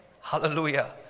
Hallelujah